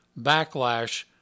Backlash